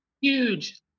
Huge